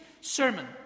sermon